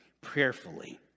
prayerfully